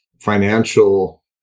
financial